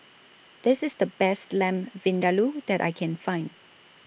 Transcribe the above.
This IS The Best Lamb Vindaloo that I Can Find